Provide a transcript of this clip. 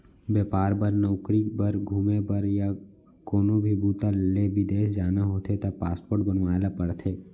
बेपार बर, नउकरी बर, घूमे बर य कोनो भी बूता ले बिदेस जाना होथे त पासपोर्ट बनवाए ल परथे